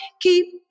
keep